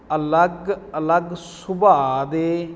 ਅਲੱਗ ਅਲੱਗ ਸੁਭਾਅ ਦੇ